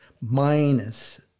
minus